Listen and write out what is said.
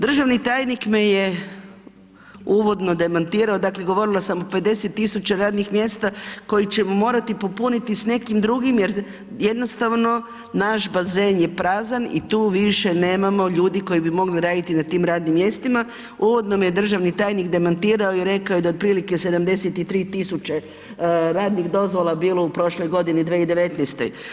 Državni tajnik me je uvodno demantirao, dakle govorila sam o 50 tisuća radnih mjesta koje će morati popuniti s nekim drugim jer jednostavno naš bazen je prazan i tu nema više ljudi koji bi mogli raditi na tim radnim mjestima, uvodno me je državni tajnik demantirao i rekao da otprilike 73 tisuće radnih dozvola bilo u prošloj godini 2019.